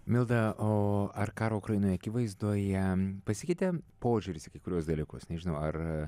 milda o ar karo ukrainoj akivaizdoje pasikeitė požiūris į kai kuriuos dalykus nežinau ar